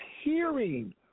hearing